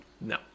No